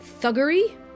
thuggery